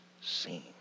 seen